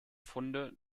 funde